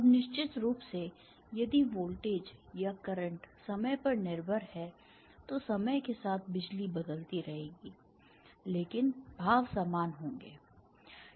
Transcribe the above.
अब निश्चित रूप से यदि वोल्टेज या करंट समय पर निर्भर है तो समय के साथ बिजली बदलती रहेगी लेकिन भाव समान होंगे